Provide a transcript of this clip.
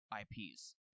IPs